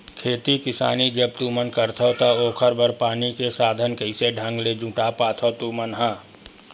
खेती किसानी जब तुमन करथव त ओखर बर पानी के साधन कइसे ढंग ले जुटा पाथो तुमन ह?